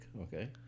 Okay